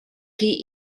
chi